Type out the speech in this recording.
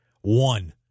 One